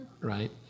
right